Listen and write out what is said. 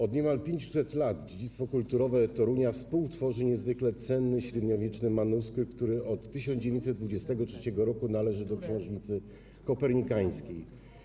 Od niemal 500 lat dziedzictwo kulturowe Torunia współtworzy niezwykle cenny średniowieczny manuskrypt, który od 1923 r. należy do Książnicy Kopernikańskiej.